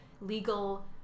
legal